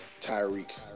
Tyreek